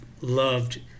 loved